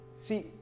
See